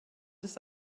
des